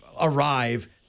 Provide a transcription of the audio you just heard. arrive –